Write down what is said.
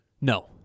no